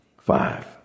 Five